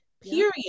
Period